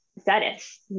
status